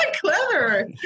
clever